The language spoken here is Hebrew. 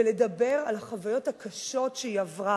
ולדבר על החוויות הקשות שהיא עברה.